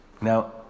Now